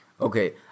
Okay